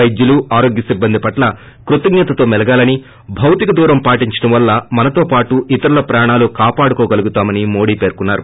వైద్యులు ఆరోగ్య సిబ్బంది పట్ల కృతజ్జతతో మెలగాలని భౌతిక దూరం పాటించడం వల్ల మనతో పాటు ఇతరుల ప్రాణాలను కాపాడుకోగలుతామని మోదీ పేర్కొన్నారు